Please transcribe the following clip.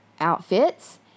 outfits